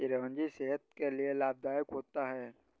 चिरौंजी सेहत के लिए लाभदायक होता है